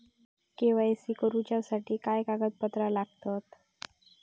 KYC करूच्यासाठी काय कागदपत्रा लागतत?